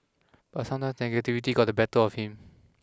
but sometimes negativity got the better of him